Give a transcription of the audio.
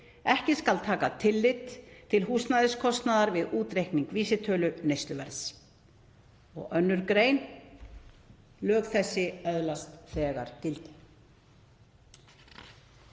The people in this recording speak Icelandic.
Ekki skal taka tillit til húsnæðiskostnaðar við útreikning vísitölu neysluverðs.“ 2. gr.: „Lög þessi öðlast þegar gildi.“